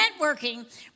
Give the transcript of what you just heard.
networking